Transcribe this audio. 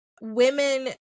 Women